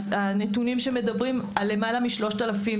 הנתונים שמדברים על למעלה מ-3,000